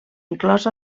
inclòs